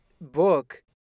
book